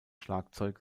schlagzeug